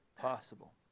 possible